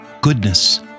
goodness